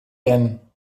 denn